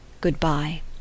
Good-bye